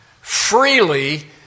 freely